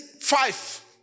five